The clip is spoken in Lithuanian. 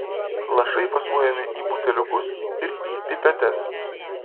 lašai fasuojami į buteliukus ir į pipetes